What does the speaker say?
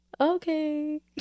okay